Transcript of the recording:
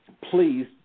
please